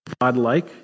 God-like